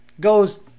goes